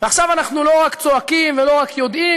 עכשיו אנחנו לא רק צועקים ולא רק יודעים,